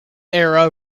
era